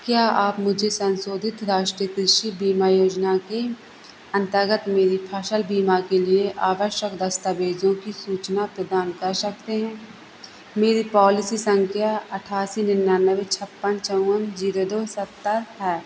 क्या आप मुझे संशोधित राष्ट्रीय कृषि बीमा योजना के अंतर्गत मेरी फसल बीमा के लिए आवश्यक दस्तावेज़ों की सूची प्रदान कर सकते हैं मेरी पॉलिसी संख्या अट्ठासी निन्यानबे छप्पन चौवन जीरो दो सत्तर है